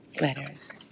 letters